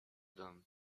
them